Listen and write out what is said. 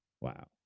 Wow